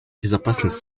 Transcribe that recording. безопасность